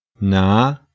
na